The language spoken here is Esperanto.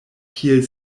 kiel